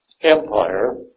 empire